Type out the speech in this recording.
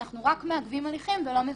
אנחנו רק מעכבים הליכים ולא מבטלים,